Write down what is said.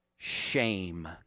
shame